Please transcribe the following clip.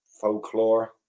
folklore